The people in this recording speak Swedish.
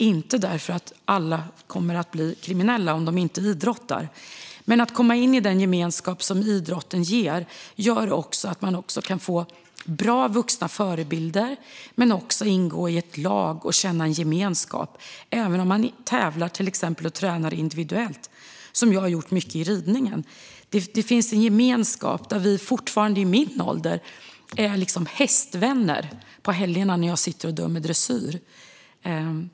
Alla kommer inte att bli kriminella om de inte idrottar, men att komma in i den gemenskap som idrotten ger gör att man kan få bra vuxna förebilder men också att man får ingå i ett lag och känna gemenskap, även om man tränar och tävlar individuellt, som jag har gjort mycket inom ridningen. Där finns en gemenskap. Vi är fortfarande vid min ålder hästvänner när jag på helgerna sitter och dömer dressyr.